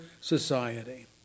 society